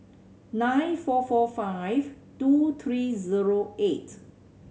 nine four four five two three zero eight